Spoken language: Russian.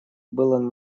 было